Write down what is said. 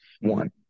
One